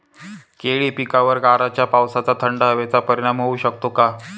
केळी पिकावर गाराच्या पावसाचा, थंड हवेचा परिणाम होऊ शकतो का?